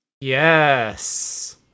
Yes